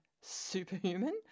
superhuman